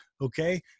okay